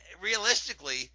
realistically